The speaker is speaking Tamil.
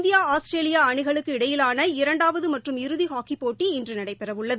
இந்தியா ஆஸ்திரேலியா அணிகளுக்கு இடையிலாள இரண்டாவது மற்றும் இறுதி ஹாக்கிப் போட்டி இன்று நடைபெறவுள்ளது